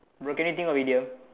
bro can you think of idiom